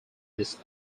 this